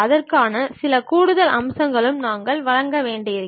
அதற்காக சில கூடுதல் அம்சங்களை நாங்கள் வழங்க வேண்டியிருக்கும்